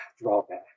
drawback